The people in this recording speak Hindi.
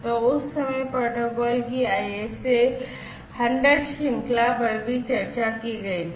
तो उस समय प्रोटोकॉल की ISA 100 श्रृंखला पर भी चर्चा की गई थी